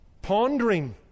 pondering